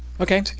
Okay